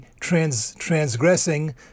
transgressing